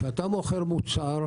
כשאתה מוכר מוצר,